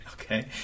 Okay